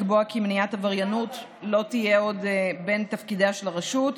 לקבוע כי מניעת עבריינות לא תהיה עוד בין תפקידיה של הרשות,